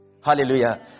Hallelujah